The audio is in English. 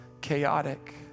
chaotic